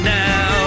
now